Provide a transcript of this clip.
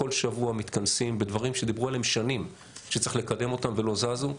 כל שבוע מתכנסים בדברים שדיברו עליהם שנים שצריך לקדם אותם ולא זזו.